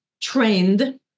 trained